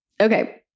Okay